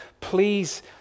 please